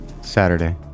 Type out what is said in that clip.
Saturday